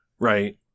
Right